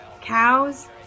Cows